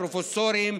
פרופסורים,